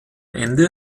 ende